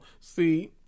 See